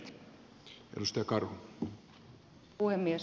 arvoisa puhemies